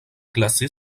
classée